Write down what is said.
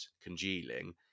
congealing